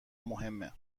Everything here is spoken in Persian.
مهمه